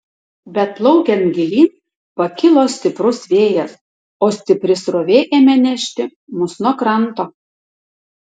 bet plaukiant gilyn pakilo stiprus vėjas o stipri srovė ėmė nešti mus nuo kranto